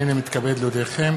הנני מתכבד להודיעכם,